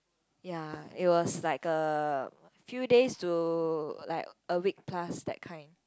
ya it was like a few days to like a week plus that kind